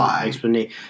explanation